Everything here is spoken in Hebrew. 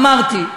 אמרתי.